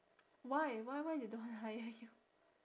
why why why they don't want to hire you